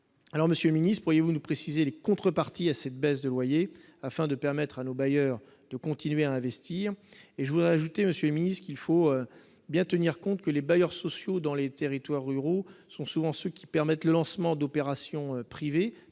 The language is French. alors Monsieur ministe, pourriez-vous nous préciser les contreparties à cette baisse de loyer, afin de permettre à nos bailleurs de continuer à investir, et je voudrais ajouter un mis ce qu'il faut bien tenir compte que les bailleurs sociaux dans les territoires ruraux sont souvent ceux qui permettent le lancement d'opérations privées